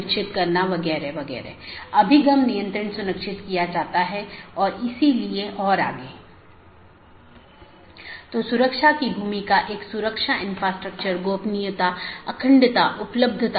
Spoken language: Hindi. इसलिए जब एक बार BGP राउटर को यह अपडेट मिल जाता है तो यह मूल रूप से सहकर्मी पर भेजने से पहले पथ विशेषताओं को अपडेट करता है